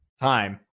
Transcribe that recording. time